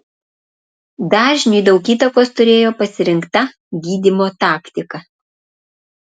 dažniui daug įtakos turėjo pasirinkta gydymo taktika